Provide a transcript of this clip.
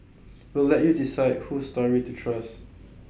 we'll let you decide whose story to trust